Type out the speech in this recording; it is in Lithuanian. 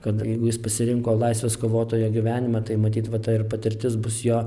kad jeigu jis pasirinko laisvės kovotojo gyvenimą tai matyt va ta ir patirtis bus jo